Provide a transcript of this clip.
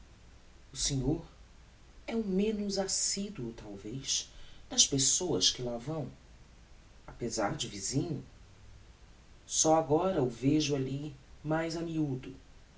o senhor é o menos assiduo talvez das pessoas que lá vão apezar de visinho só agora o vejo alli mais a miudo